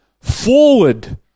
forward